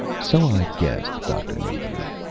so i guessed, dr. napier,